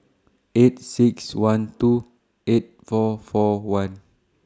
eight six one two eight four four one